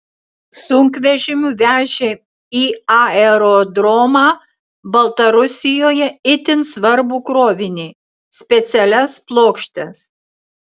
sunkvežimiu vežė į aerodromą baltarusijoje itin svarbų krovinį specialias plokštes